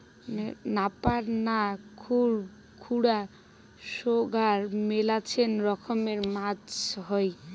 নাপার না, খুর খুরা সোগায় মেলাছেন রকমের মাছ হই